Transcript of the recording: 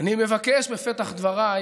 אני מבקש בפתח דבריי